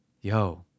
Yo